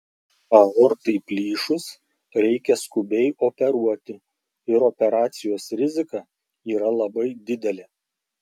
aortai plyšus reikia skubiai operuoti ir operacijos rizika yra labai didelė